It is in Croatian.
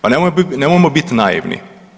Pa nemojmo biti naivni.